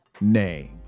name